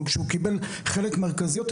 אבל כשהוא קיבל חלק מרכזי יותר,